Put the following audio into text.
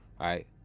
right